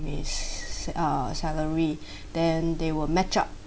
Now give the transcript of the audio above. his uh salary then they will match up